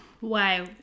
Wow